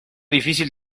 difícil